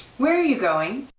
where are you going?